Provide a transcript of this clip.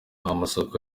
amasoko